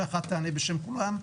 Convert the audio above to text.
שאחת תענה בשם כולן.